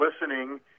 listening